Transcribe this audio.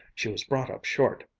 she was brought up short.